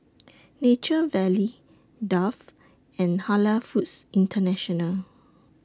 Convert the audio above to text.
Nature Valley Dove and Halal Foods International